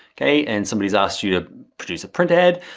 okay, and somebody has asked you to produce a printer head,